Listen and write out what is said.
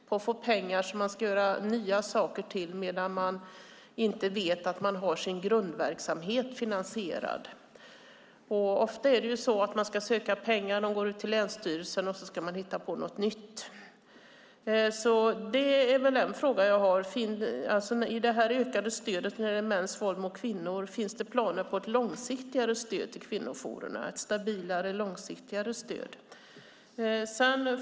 De får söka pengar som de ska göra nya saker med medan de inte vet att de har sin grundverksamhet finansierad. De ska söka pengar hos länsstyrelsen, och sedan ska de hitta på något nytt. En fråga jag har om det ökade stödet när det gäller mäns våld mot kvinnor är: Finns det planer på ett stabilare och långsiktigare stöd till kvinnojourer?